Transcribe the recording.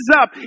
up